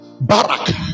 barak